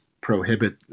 prohibit